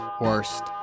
Worst